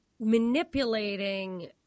manipulating –